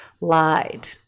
lied